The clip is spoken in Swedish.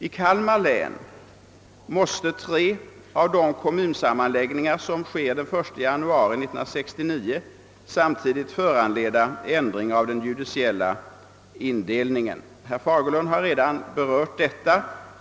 I Kalmar län måste tre av de kommunsammanläggningar som sker den 1 januari 1969 samtidigt föranleda ändring av den judiciella indelningen. Herr Fagerlund har redan berört detta.